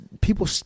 people